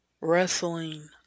wrestling